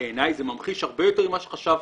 בעיניי זה ממחיש הרבה יותר ממה שחשבתי,